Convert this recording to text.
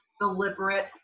deliberate